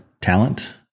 talent